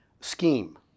scheme